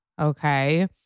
Okay